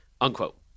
Unquote